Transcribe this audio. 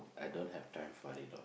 I don't have time for it